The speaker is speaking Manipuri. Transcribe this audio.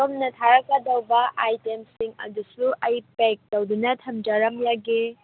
ꯁꯣꯝꯅ ꯊꯥꯔꯛꯀꯗꯕ ꯑꯥꯏꯇꯦꯝꯁꯤꯡ ꯑꯗꯨꯁꯨ ꯑꯩ ꯄꯦꯛ ꯇꯧꯗꯨꯅ ꯊꯝꯖꯔꯝꯂꯒꯦ